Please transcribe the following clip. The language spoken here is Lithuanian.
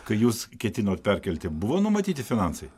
kai jūs ketinot perkelti buvo numatyti finansai